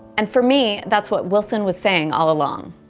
and for me, that's what wilson was saying all along.